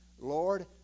Lord